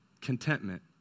contentment